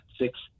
Six